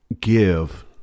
give